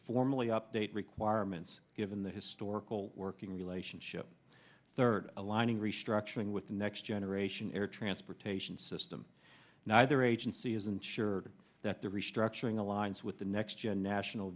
formally update requirements given the historical working relationship third aligning restructuring with the next generation air transportation system neither agency has ensured that the restructuring aligns with the next gen national